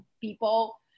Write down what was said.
people